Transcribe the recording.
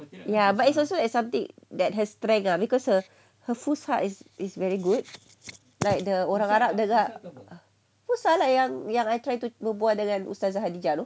ya but it's also something that has strength lah because her fusha is very good like the orang arab dengar fusha lah yang I try to berbual dengan ustazah hadijah